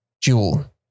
jewel